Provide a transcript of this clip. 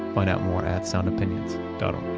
find out more at soundopinions dot o